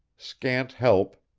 scant help,